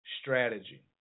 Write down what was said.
strategy